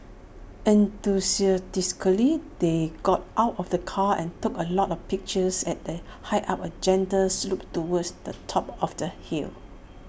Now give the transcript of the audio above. enthusiastically they got out of the car and took A lot of pictures as they hiked up A gentle slope towards the top of the hill